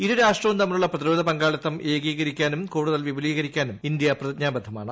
ഇരു രാഷ്ട്രവും തമ്മിലുള്ള പ്രതിരോധ പങ്കാളിത്തം ഏകീകരിക്കാനും കൂടുതൽ വിപുലീകരിക്കാനും ഇന്ത്യ പ്രതിജ്ഞാബദ്ധമാണ്